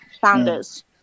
founders